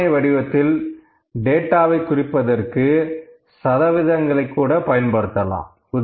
அட்டவணை வடிவத்தில் டேட்டாவை குறிப்பதற்கு சதவீதங்களை கூட பயன்படுத்தலாம்